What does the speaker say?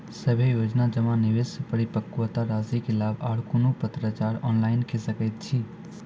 सभे योजना जमा, निवेश, परिपक्वता रासि के लाभ आर कुनू पत्राचार ऑनलाइन के सकैत छी?